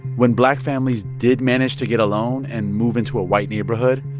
when black families did manage to get a loan and move into a white neighborhood,